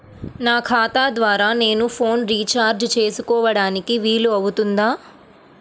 నా ఖాతా ద్వారా నేను ఫోన్ రీఛార్జ్ చేసుకోవడానికి వీలు అవుతుందా?